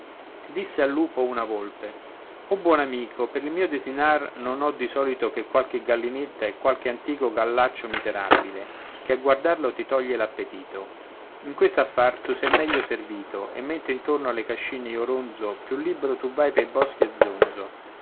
disse al lupo una volpe o buon amico per il mio desinar non ho di solito che qualche gallinetta o qualche antico gallaccio miserabile che a guardarlo ti toglie l'appetito in questo affar tu sei meglio servito e mentre intorno alle cascine io ronzo più libero tu vai pei boschi a zonzo